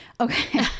Okay